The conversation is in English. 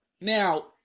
Now